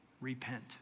repent